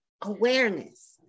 awareness